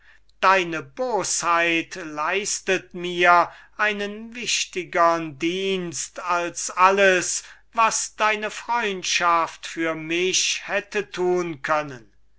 dir deine bosheit leistet mir einen wichtigern dienst als alles was deine freundschaft für mich hätte tun können